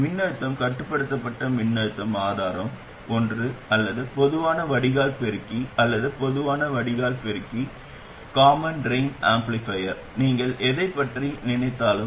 மின்னழுத்தம் கட்டுப்படுத்தப்பட்ட மின்னழுத்த ஆதாரம் ஒன்று அல்லது பொதுவான வடிகால் பெருக்கி அல்லது பொதுவான வடிகால் பெருக்கி நீங்கள் எதைப் பற்றி நினைத்தாலும்